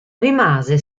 rimase